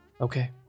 Okay